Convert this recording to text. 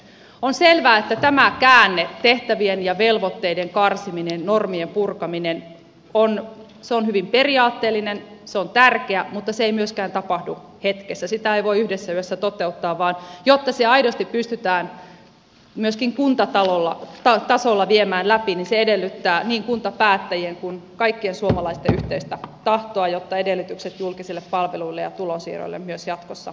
on selvää että tämä käänne tehtävien ja velvoitteiden karsiminen ja normien purkaminen on hyvin periaatteellinen tärkeä mutta se ei myöskään tapahdu hetkessä sitä ei voi yhdessä yössä toteuttaa vaan jotta se aidosti pystytään myöskin kuntatasolla viemään läpi niin se edellyttää niin kuntapäättäjien kuin kaikkien suomalaisten yhteistä tahtoa jotta edellytykset julkisille palveluille ja tulonsiirroille myös jatkossa ovat olemassa